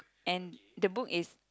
and the book is